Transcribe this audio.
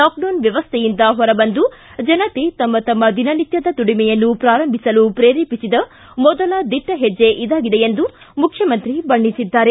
lockdown ವ್ಯವಸ್ಥೆಯಿಂದ ಹೊರಬಂದು ಜನತೆ ತಮ್ಮ ತಮ್ಮ ದಿನನಿತ್ಯದ ದುಡಿಮೆಯನ್ನು ಪ್ರಾರಂಭಿಸಲು ಪ್ರೇರೇಪಿಸಿದ ಮೊದಲ ದಿಟ್ಟ ಹೆಜ್ಜೆ ಇದಾಗಿದೆ ಎಂದು ಮುಖ್ಯಮಂತ್ರಿ ಬಣ್ಣಿಸಿದ್ದಾರೆ